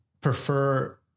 prefer